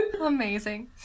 Amazing